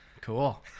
Cool